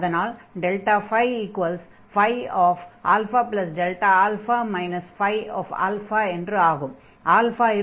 அதனால் ΔΦ α என்று ஆகும்